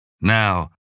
Now